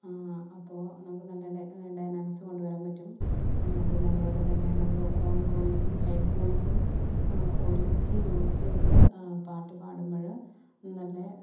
ആ അപ്പോൾ നമുക്ക് നല്ല ഡൈ ഡൈനാമിക്സ് കൊണ്ട് വരാൻ പറ്റും ആ പിന്ന അത്പോലെ തന്നെ നമ്മള് ഓൺ വോയിസും ഹെഡ് വോയിസും ആ ഒരുമിച്ച് യൂസ് ചെയ്ത് പാട്ട് പാടുമ്പഴ് ഇന്നലെ